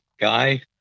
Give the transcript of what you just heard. Guy